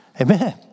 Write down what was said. Amen